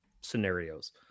scenarios